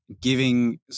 giving